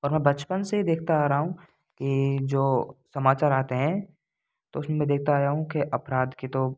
और मैं बचपन से ही देखता आ रहा हूँ कि जो समाचार आते हैं तो उसमें में देखता आया हूँ कि अपराध के तो